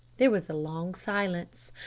there was a long silence.